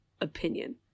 opinion